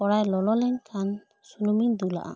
ᱠᱚᱲᱟᱤ ᱞᱚᱞᱚ ᱞᱮᱱ ᱠᱷᱟᱱ ᱥᱩᱱᱩᱢ ᱤᱧ ᱫᱩᱞᱟᱜᱼᱟ